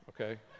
okay